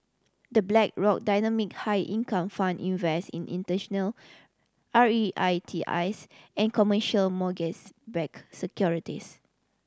The Blackrock Dynamic High Income Fund invest in international R E I T S and commercial mortgage backed securities